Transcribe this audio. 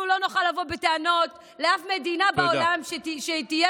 אנחנו לא נוכל לבוא בטענות לאף מדינה בעולם שתהיה